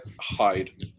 hide